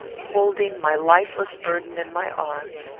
holding my lifeless burden in my arms,